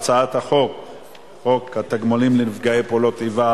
הצעת חוק התגמולים לנפגעי פעולות איבה